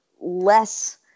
less